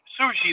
sushi